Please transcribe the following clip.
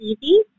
easy